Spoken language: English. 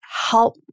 help